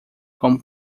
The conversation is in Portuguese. com